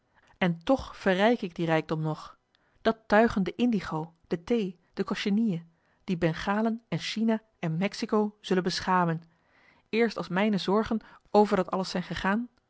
en toch verrijk ik dien rijkdom nog dat tuigen de indigo de thee de cochenille die bengalen en china en mexico zullen beschamen eerst als mijne zorgen over dat alles zijn gegaan